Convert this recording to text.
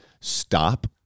stop